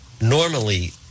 Normally